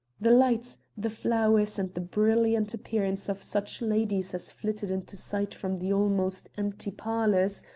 the lights, the flowers and the brilliant appearance of such ladies as flitted into sight from the almost empty parlors,